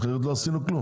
כי אז לא עשינו כלום.